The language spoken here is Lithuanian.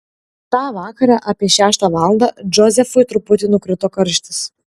tą vakarą apie šeštą valandą džozefui truputį nukrito karštis